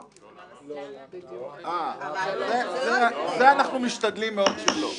אנחנו משתדלים מאוד שלא.